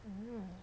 mm